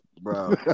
bro